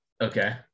Okay